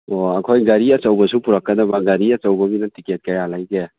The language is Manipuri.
ꯑꯣ ꯑꯩꯈꯣꯏ ꯒꯥꯔꯤ ꯑꯆꯧꯕꯁꯨ ꯄꯨꯔꯛꯀꯗꯕ ꯒꯥꯔꯤ ꯑꯗꯧꯕꯒꯤꯗꯨ ꯇꯤꯀꯦꯠ ꯀꯌꯥ ꯂꯩꯒꯦ